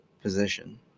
position